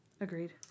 Agreed